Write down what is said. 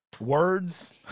Words